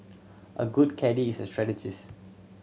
a good caddie is a strategist